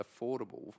affordable